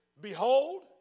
Behold